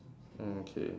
okay